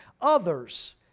others